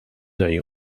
day